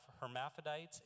hermaphrodites